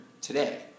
today